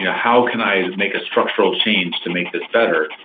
how can i make a structural change to make this better?